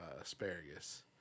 asparagus